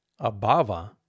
abava